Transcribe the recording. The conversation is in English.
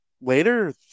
later